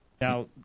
Now